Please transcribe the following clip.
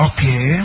Okay